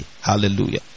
Hallelujah